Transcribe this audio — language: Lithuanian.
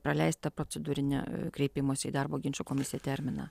praleistą procedūrinę kreipimosi į darbo ginčų komisiją terminą